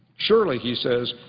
surely, he says,